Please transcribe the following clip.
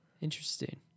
interesting